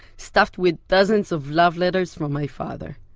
stuffed with dozens of love letters from my father.